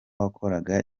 wakoraga